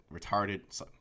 retarded